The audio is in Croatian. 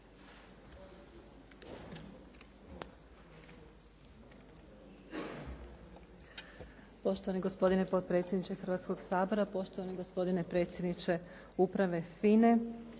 Poštovani gospodine potpredsjedniče Hrvatskog sabora, poštovani gospodine predsjedniče uprave FINA-e,